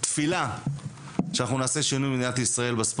בתפילה שאנחנו נעשה שינוי בספורט במדינת ישראל,